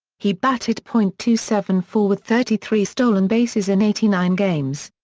he batted point two seven four with thirty three stolen bases in eighty nine games.